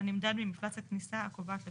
הנמדד ממפלס הכניסה הקובעת לבניין,